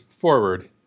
forward